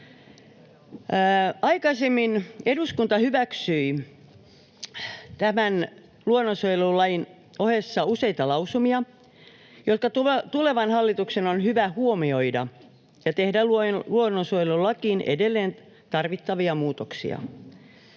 Aikaisemmin eduskunta hyväksyi tämän luonnonsuojelulain ohessa useita lausumia, jotka tulevan hallituksen on hyvä huomioida — ja tehdä luonnonsuojelulakiin edelleen tarvittavia muutoksia.